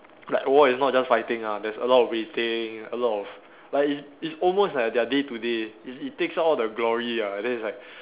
like war is not just fighting ah there's a lot waiting a lot of like it's it's almost like their day to day it's it takes out all the glory ah then it's like